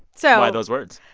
so. why those words?